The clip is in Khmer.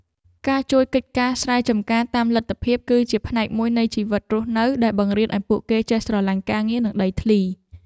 ការជួយកិច្ចការស្រែចម្ការតាមលទ្ធភាពគឺជាផ្នែកមួយនៃជីវិតរស់នៅដែលបង្រៀនឱ្យពួកគេចេះស្រឡាញ់ការងារនិងដីធ្លី។